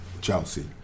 Chelsea